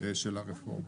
של הרפורמה.